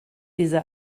diese